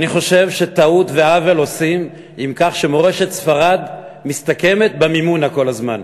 אני חושב שטעות ועוול עושים בכך שמורשת ספרד מסתכמת במימונה כל הזמן,